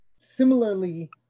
similarly